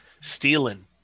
stealing